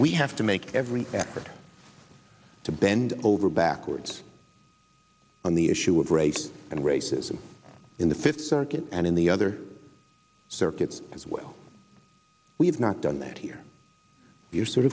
we have to make every effort to bend over backwards on the issue of race and racism in the fifth circuit and in the other circuits as well we have not done that here we are sort